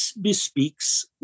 bespeaks